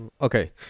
Okay